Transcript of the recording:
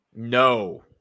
No